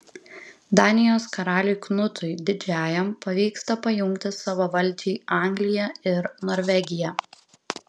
danijos karaliui knutui didžiajam pavyksta pajungti savo valdžiai angliją ir norvegiją